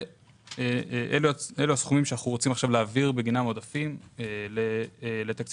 אלה הסכומים שאנחנו רוצים להעביר בגינם עודפים לתקציב